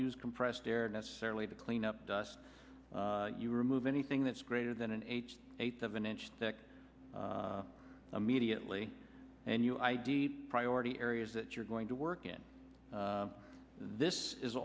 air necessarily to clean up dust you remove anything that's greater than an eight eighth of an inch thick immediately and you id priority areas that you're going to work in this is